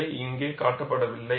இவை இங்கே காட்டப்படவில்லை